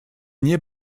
nie